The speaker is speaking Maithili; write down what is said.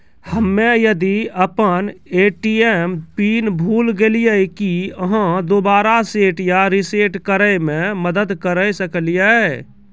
हम्मे यदि अपन ए.टी.एम पिन भूल गलियै, की आहाँ दोबारा सेट या रिसेट करैमे मदद करऽ सकलियै?